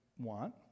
want